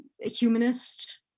humanist